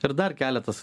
ir dar keletas